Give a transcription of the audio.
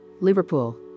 Liverpool